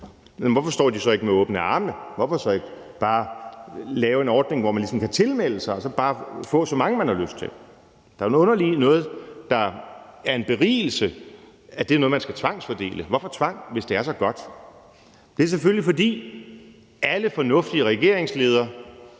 Jamen hvorfor står de så ikke med åbne arme? Hvorfor så ikke bare lave en ordning, hvor man ligesom kan tilmelde sig og så bare få så mange, man har lyst til? Det er noget underligt noget, at en berigelse er noget, man skal tvangsfordele. Hvorfor anvende tvang, hvis det er så godt? Det er selvfølgelig, fordi alle fornuftige regeringsledere,